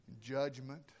judgment